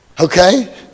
Okay